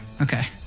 Okay